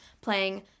playing